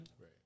right